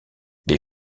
les